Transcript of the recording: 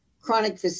chronic